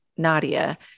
Nadia